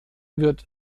wird